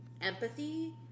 empathy